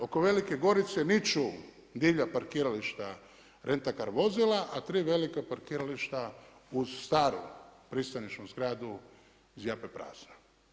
Oko Velike Gorice niču divlja parkirališta renta car vozila, a tri velika parkirališta uz staru pristanišnu zgradu zjape prazna.